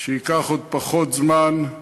שייקח עוד פחות זמן,